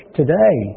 today